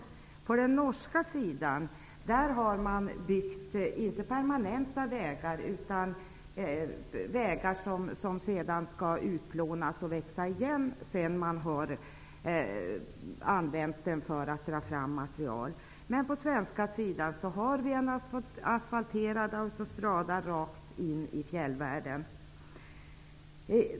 På den norska sidan har man inte byggt permanenta vägar, utan man har byggt vägar som skall utplånas och växa igen när man har använt dem för att dra fram material. På den svenska sidan finns det en asfalterad autostrada rakt in i fjällvärlden.